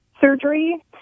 surgery